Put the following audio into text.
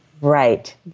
Right